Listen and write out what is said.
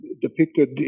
depicted